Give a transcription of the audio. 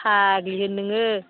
फाग्लिहोन नोङो